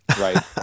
right